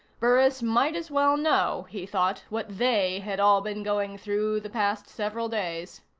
burris might as well know, he thought, what they had all been going through the past several days.